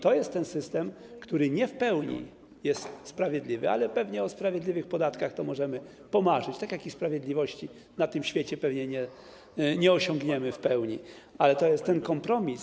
To jest system, który nie jest w pełni sprawiedliwy - ale pewnie o sprawiedliwych podatkach to możemy pomarzyć, tak jak i sprawiedliwości na tym świecie pewnie nie osiągniemy w pełni - ale to jest kompromis.